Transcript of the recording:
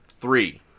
Three